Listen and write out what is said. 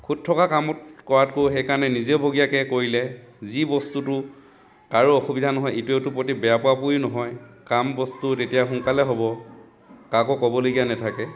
খুঁত থকা কামত কৰাতকৈ সেইকাৰণে নিজাববীয়াকে কৰিলে যি বস্তুটো কাৰো অসুবিধা নহয় ইটোৱে সিটোৰ প্ৰতি বেয়া পোৱা পুইয়ো নহয় কাম বস্তু তেতিয়া সোনকালে হ'ব কাকো ক'বলগীয়া নাথাকে